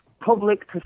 Public